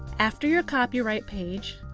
after your copyright page,